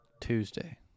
Tuesday